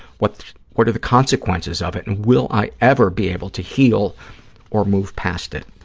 what what are the consequences of it, and will i ever be able to heal or move past it.